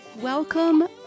Welcome